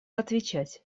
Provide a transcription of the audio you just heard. отвечать